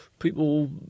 people